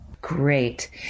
Great